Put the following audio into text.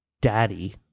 daddy